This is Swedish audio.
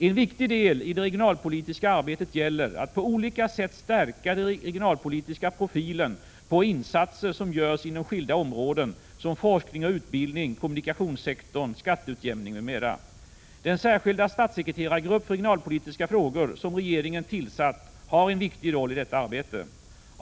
En viktig del i det regionalpolitiska arbetet gäller att på olika sätt stärka den regionalpolitiska profilen på de insatser som görs inom skilda områden som forskning och utbildning, kommunikationssektorn, skatteutjämningen m.m. Den särskilda statssekreterargrupp för regionalpolitiska frågor som regeringen tillsatt har en viktig roll i detta arbete.